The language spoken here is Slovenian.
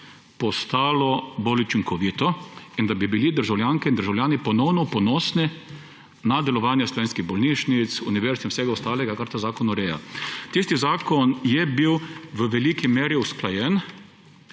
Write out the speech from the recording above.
postalo bolj učinkovito ter da bi bili državljanke in državljani ponovno ponosni na delovanje slovenskih bolnišnic, univerz in vsega ostalega, kar ta zakon ureja. Tisti zakon je bil v veliki meri usklajen,